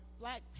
Black